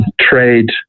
trade